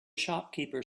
shopkeeper